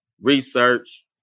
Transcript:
research